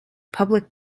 public